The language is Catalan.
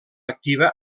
activa